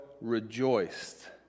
rejoiced